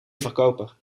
verkoper